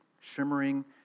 shimmering